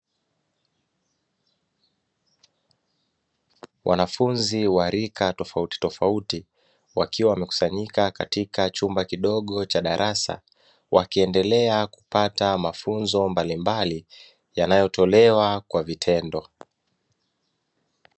Wanafunzi wa rika tofauti tofauti wakiwa wamekusanyika kwenye chumba kidogo cha darasa, wakiendelea kupata mafunzo mbalimbali yanayo tolewa kivitendo.